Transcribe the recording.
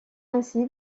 ainsi